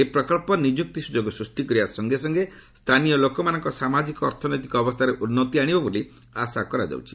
ଏହି ପ୍ରକଳ୍ପ ନିଯୁକ୍ତି ସୁଯୋଗ ସ୍ଚଷ୍ଟି କରିବା ସଙ୍ଗେ ସ୍ଥାନୀୟ ଲୋକମାନଙ୍କ ସାମାଜିକ ଅର୍ଥନୈତିକ ଅବସ୍ଥାରେ ଉନ୍ନତି ଆଶିବ ବୋଲି ଆଶା କରାଯାଉଛି